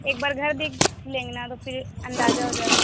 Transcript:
ایک بار گھر دیکھ لیں گے نا تو پھر اندازہ ہو جائے گا